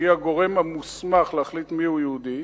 שהיא הגורם המוסמך להחליט מיהו יהודי,